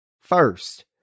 First